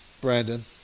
Brandon